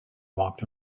walked